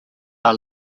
are